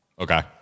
Okay